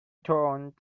tuned